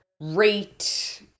rate